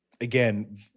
Again